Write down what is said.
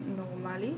החוצה.